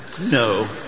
No